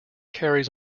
carries